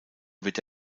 wird